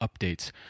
updates